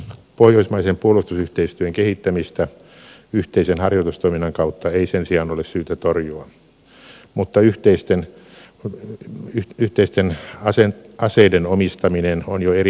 pohjoismaisen puolustusyhteistyön kehittämistä yhteisen harjoitustoiminnan kautta ei sen sijaan ole syytä torjua mutta yhteisten aseiden omistaminen on jo eri mittaluokan asia